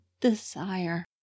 desire